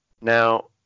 Now